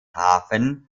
hafen